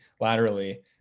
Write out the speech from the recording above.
laterally